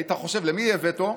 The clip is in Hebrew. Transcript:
היית חושב, למי יהיה וטו?